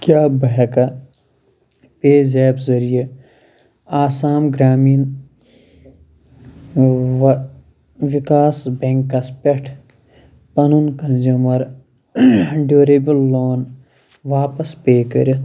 کیٛاہ بہٕ ہٮ۪کھا پے زیپ ذٔریعہِ آسام گرٛامیٖن وَ وِکاس بیٚنٛکس پٮ۪ٹھ پَنُن کنٛزیٛوٗمر ڈیٛوٗریبُل لون واپس پے کٔرِتھ